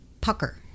Pucker